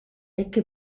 ecke